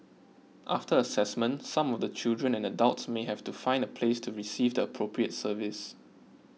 after assessment some of the children and adults may have to find a place to receive the appropriate service